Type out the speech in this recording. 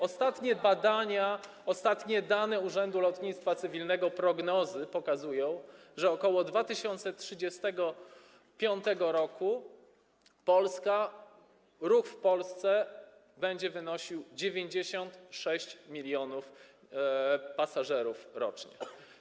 Ostatnie badania, ostatnie dane Urzędu Lotnictwa Cywilnego, prognozy pokazują, że ok. 2035 r. ruch w Polsce będzie wynosił 96 mln pasażerów rocznie.